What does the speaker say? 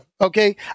okay